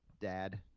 dad